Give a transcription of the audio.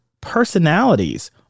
personalities